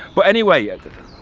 but anyway. yeah